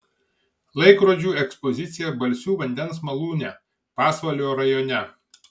laikrodžių ekspozicija balsių vandens malūne pasvalio rajone